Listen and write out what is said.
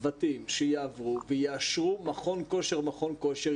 צוותים שיעברו ויאשרו מכון כושר-מכון כושר,